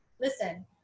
listen